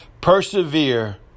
persevere